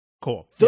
Cool